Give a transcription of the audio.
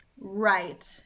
Right